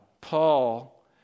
Paul